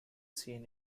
seen